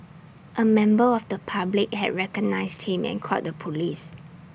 A member of the public had recognised him and called the Police